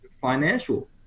financial